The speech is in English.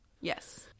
Yes